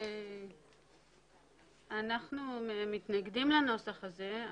אנחנו מתנגדים לנוסח הזה.